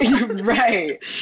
Right